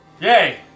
Yay